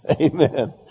Amen